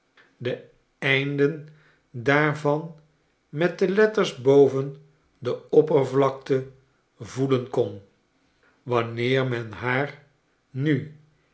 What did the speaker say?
einden daarvan met de letters boven de oppervlakte voelen kon wanneer men haar nu